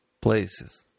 places